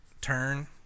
turn